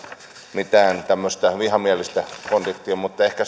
mitään tämmöistä vihamielistä konfliktia mutta ehkä